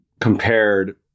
compared